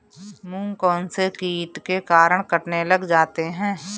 मूंग कौनसे कीट के कारण कटने लग जाते हैं?